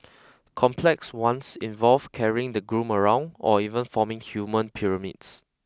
complex ones involve carrying the groom around or even forming human pyramids